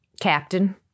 Captain